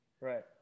Right